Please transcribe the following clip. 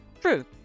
True